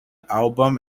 album